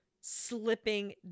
slipping